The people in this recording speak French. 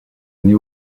année